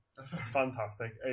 fantastic